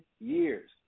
years